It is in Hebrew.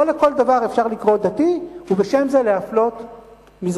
לא לכל דבר אפשר לקרוא דתי ובשם זה להפלות מזרחים.